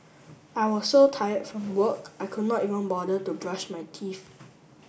I was so tired from work I could not even bother to brush my teeth